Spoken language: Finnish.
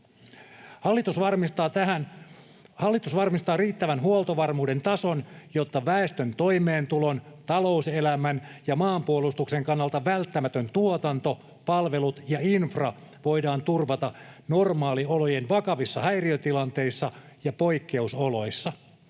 Hallitus varmistaa riittävän huoltovarmuuden tason, jotta väestön toimeentulon, talouselämän ja maanpuolustuksen kannalta välttämätön tuotanto, palvelut ja infra voidaan turvata normaaliolojen vakavissa häiriötilanteissa ja poikkeusoloissa.